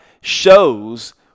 shows